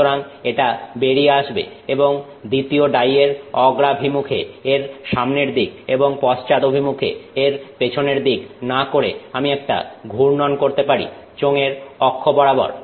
সুতরাং এটা বেরিয়ে আসবে এবং দ্বিতীয় ডাই এর অগ্রাভিমুখে এর সামনের দিক এবং পশ্চাদ অভিমুখে এর পেছনের দিক না করে আমি একটা ঘূর্ণন করতে পারি চোঙের অক্ষ বরাবর